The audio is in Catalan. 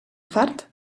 fart